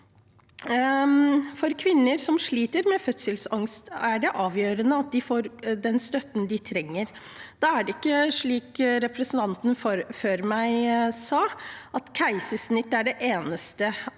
For kvinner som sliter med fødselsangst, er det avgjørende at de får den støtten de trenger. Da er det ikke slik representanten før meg sa, at keisersnitt er det eneste